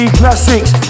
classics